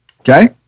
Okay